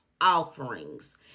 offerings